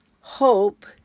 hope